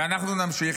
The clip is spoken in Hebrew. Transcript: ואנחנו נמשיך,